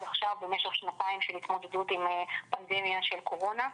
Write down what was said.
עכשיו במשך שנתיים של התמודדות עם פנדמיה של קורונה,